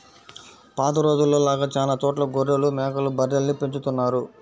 పాత రోజుల్లో లాగా చానా చోట్ల గొర్రెలు, మేకలు, బర్రెల్ని పెంచుతున్నారు